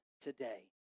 today